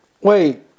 Wait